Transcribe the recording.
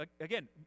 again